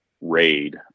raid